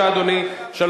אדוני, בבקשה.